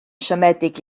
siomedig